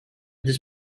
this